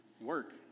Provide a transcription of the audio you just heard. work